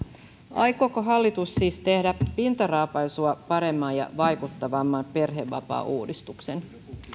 aikooko hallitus siis tehdä pintaraapaisua paremman ja vaikuttavamman perhevapaauudistuksen